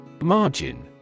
Margin